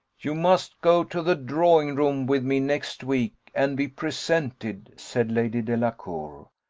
you must go to the drawing-room with me next week, and be presented, said lady delacour,